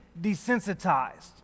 desensitized